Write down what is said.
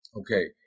okay